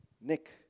Nick